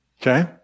Okay